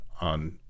on